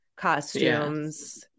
costumes